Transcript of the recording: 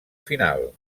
final